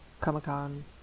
Comic-Con